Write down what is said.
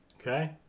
Okay